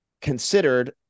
considered